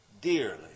dearly